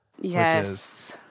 Yes